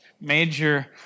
major